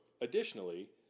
Additionally